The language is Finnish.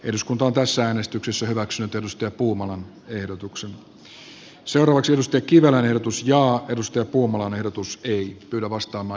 eduskunta katsoo että hallituksen politiikka omien kansalaisten eriarvoistumisen vähentämiseksi ja aho edusti puumalan ehdotus ei yllä vastaava